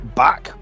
back